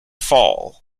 fall